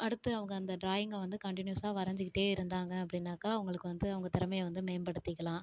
அடுத்து அவங்க அந்த டிராயிங்கை வந்து கண்டினியூஸாக வரைஞ்சிக்கிட்டே இருந்தாங்க அப்படின்னாக்கா அவங்களுக்கு வந்து அவங்க திறமைய வந்து மேம்படுத்திக்கலாம்